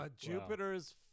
Jupiter's